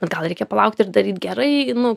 gal reikia palaukti ir daryt gerai nu